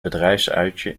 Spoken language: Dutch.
bedrijfsuitje